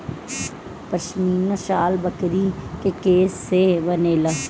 पश्मीना शाल बकरी के केश से बनेला